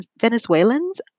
Venezuelans